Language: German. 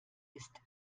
ist